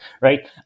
right